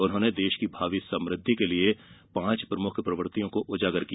उन्होंने देश की भावी समृद्धि के लिए पांच प्रमुख प्रवृत्तियों को उजागर किया